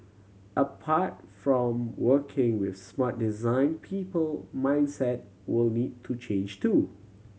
apart from working with smart design people mindset will need to change too